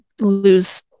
lose